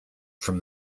from